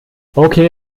okay